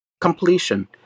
Completion